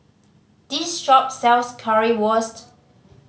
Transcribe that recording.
this shop sells Currywurst